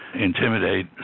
intimidate